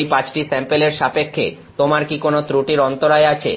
ঐ 5 টি স্যাম্পেলের সাপেক্ষে তোমার কি কোনো ত্রুটির অন্তরায় আছে